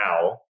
now